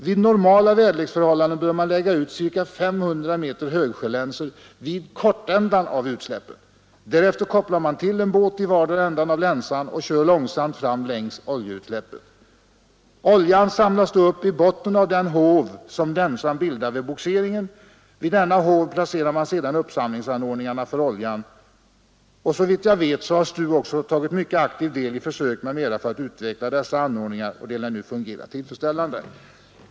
Vid normala väderleksförhållanden bör man lägga ut ca 500 m högsjölänsor vid kortändan av utsläppet. Därefter kopplar man till en båt i vardera ändan av länsan och kör långsamt fram längs oljeutsläppet. Oljan samlas då upp i botten av den ”håv” som länsan bildar vid bogseringen. Vid denna håv placerar man sedan uppsamlingsanordningarna för oljan. Såvitt jag vet har STU tagit mycket aktiv del i försök m.m. för att utveckla dessa anordningar, och de lär nu fungera tillfredsställande.